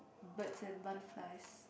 birds and butterflies